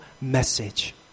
message